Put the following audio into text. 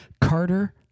Carter